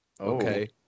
Okay